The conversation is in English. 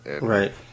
right